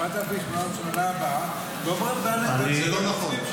4,800 בשנה הבאה --- זה לא נכון.